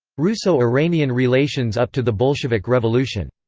russo-iranian relations up to the bolshevik revolution